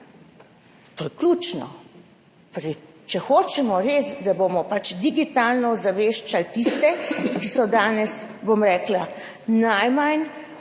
to je ključno. Če hočemo res, da bomo digitalno ozaveščali tiste, ki so danes najmanj